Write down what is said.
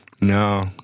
No